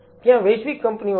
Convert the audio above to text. ત્યાં વૈશ્વિક કંપનીઓ છે